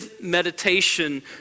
meditation